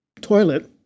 toilet